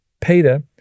Peter